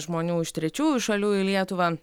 žmonių iš trečiųjų šalių į lietuvą